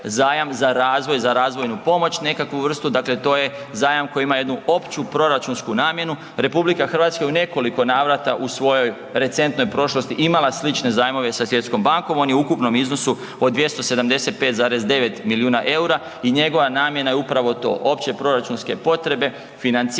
zajam za razvoj, za razvojnu pomoć nekakvu vrstu, dakle to je zajam koji ima jednu opću proračunsku namjenu. RH je u nekoliko navrata u svojoj recentnoj prošlosti imala slične zajmove sa svjetskom bankom, on je u ukupnom iznosu od 275,9 milijuna eura i njegova namjena je upravo to, opće proračunske potrebe financiranja.